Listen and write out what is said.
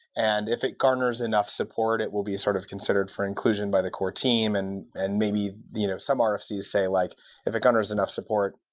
and if it garners enough support, it will be sort of considered for inclusion by the core team, and and maybe you know some um rfc say, like if it garners enough support,